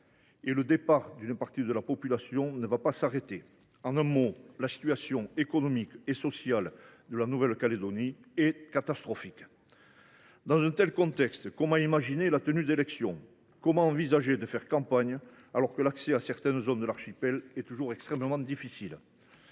Le départ d’une partie de la population ne va pas s’arrêter. En un mot, la situation économique et sociale de la Nouvelle Calédonie est catastrophique. Dans un tel contexte, comment imaginer la tenue d’élections ? Comment envisager de faire campagne alors que l’accès à certaines zones de l’archipel est toujours extrêmement difficile ?